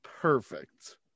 perfect